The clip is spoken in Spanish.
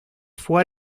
fue